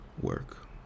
work